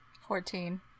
Fourteen